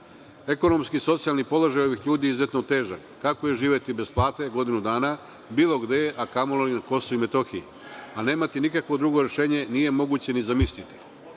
Ekonomski i socijalan položaj ovih ljudi je izuzetno težak. Kako je živeti bez plate godinu dana bilo gde, a kamo li na KiM, a nemati nikakvo drugo rešenje, nije moguće ni zamisliti. Ovaj